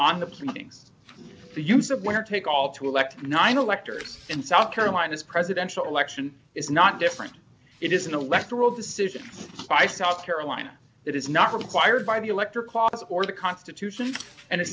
proceedings the use of winner take all to elect nine electors in south carolina's presidential election is not different it is an electoral decision by south carolina it is not required by the elector clause or the constitution and